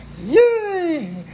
yay